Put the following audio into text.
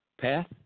path